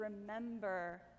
remember